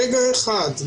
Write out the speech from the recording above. ברגע אחד,